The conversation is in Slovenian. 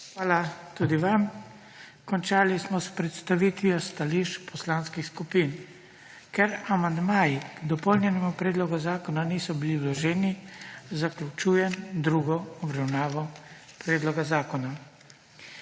Hvala tudi vam. Končali smo predstavitev stališč poslanskih skupin. Ker amandmaji k dopolnjenemu predlogu zakona niso bili vloženi, zaključujem drugo obravnavo predloga zakona.